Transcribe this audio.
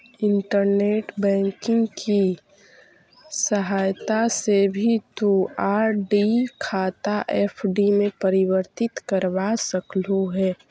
internet banking की सहायता से भी तु आर.डी खाता एफ.डी में परिवर्तित करवा सकलू हे